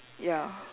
ya